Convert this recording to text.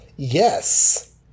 Yes